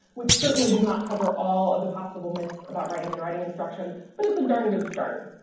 which certainly does not cover all of the possible myths about writing and writing instruction but it's a darn good start.